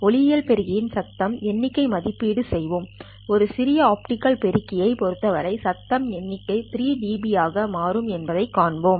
ஒளியியல் பெருக்கியின் சத்தம் எண்ணிக்கை மதிப்பீடு செய்வோம் ஒரு சிறந்த ஆப்டிகல் பெருக்கி யைப் பொறுத்தவரை சத்தம் எண்ணிக்கை 3dB ஆக மாறும் என்பதைக் காண்பிப்போம்